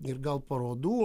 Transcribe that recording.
ir gal parodų